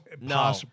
No